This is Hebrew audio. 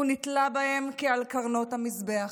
הוא נתלה בהם כבקרנות המזבח,